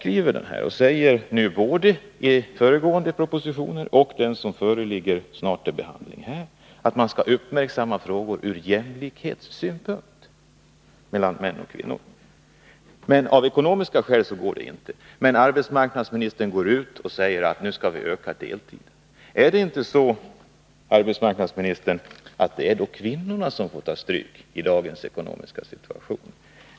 Möjligheten till sextimmarsdag avskrivs, och både i föregående proposition och i den som nu snart skall behandlas sägs att man skall uppmärksamma frågorna ur jämlikhetssynpunkt — alltså jämlikhet mellan män och kvinnor — men att det av ekonomiska skäl inte nu går att förkorta arbetstiden för alla. Arbetsmarknadsministern går emellertid ut och säger att nu skall vi öka deltiden. Är det inte så, herr arbetsmarknadsminister, att det är kvinnorna som får ta stryk i dagens ekonomiska situation?